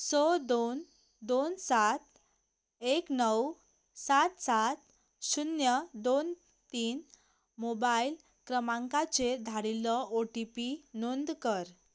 स दोन दोन सात एक णव सात सात शुन्य दोन तीन मोबायल क्रमांकाचेर धाडिल्लो ओटिपी नोंद कर